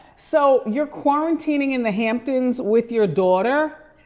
so you're quarantining in the hamptons with your daughter?